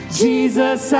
jesus